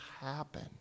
happen